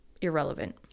irrelevant